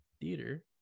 theater